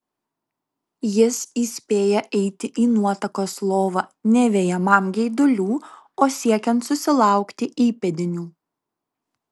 jis įspėja eiti į nuotakos lovą ne vejamam geidulių o siekiant susilaukti įpėdinių